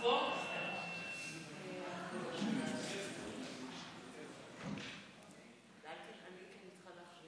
ההצעה להעביר את הצעת חוק הגנת